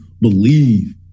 believe